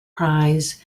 prize